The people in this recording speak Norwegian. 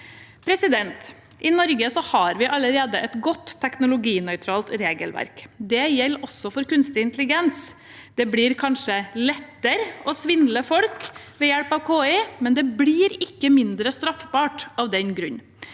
begrunnelse. I Norge har vi allerede et godt, teknologinøytralt regelverk. Det gjelder også for kunstig intelligens. Det blir kanskje lettere å svindle folk ved hjelp av KI, men det blir ikke mindre straffbart av den grunn.